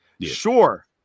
Sure